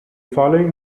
following